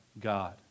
God